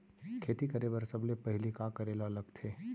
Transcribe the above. खेती करे बर सबले पहिली का करे ला लगथे?